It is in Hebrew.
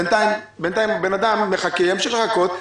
בינתיים הוא מחכה וימשיך לחכות.